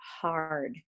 hard